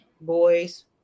Boys